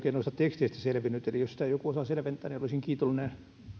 noista teksteistä selvinnyt eli jos sitä joku osaa selventää niin olisin kiitollinen